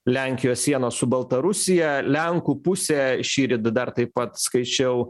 lenkijos sienos su baltarusija lenkų pusė šįryt dar taip pat skaičiau